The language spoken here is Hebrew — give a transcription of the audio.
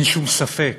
אין שום ספק